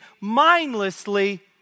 mindlessly